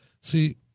See